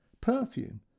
perfume